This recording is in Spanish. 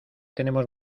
tenemos